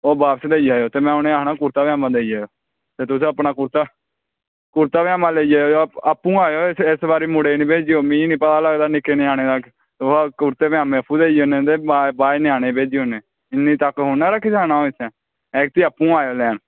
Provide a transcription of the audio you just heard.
ते ओह् बापस भेजी ओड़ेओ ते में उनेंगी आक्खना की तुसें अपना कुरता ते कुरता पाजामा लेई जायो ते आपूं गै आवेओ इस बारी मुड़े ई निं भेजेओ मिगी निं पता लगदा निक्के ञ्यानें दा ते कुरते पजामें आपूं देई जाने ते बाद च ञ्यानें भेजी ओड़ने इन्नी तक्क थोह्ड़े रकखी सकना अंऊ ऐगती आपूं आयो लैन